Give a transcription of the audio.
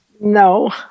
No